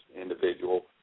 individual